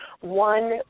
One